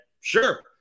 sure